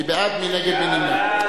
מי בעד, מי נגד, מי נמנע?